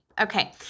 Okay